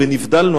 ונבדלנו,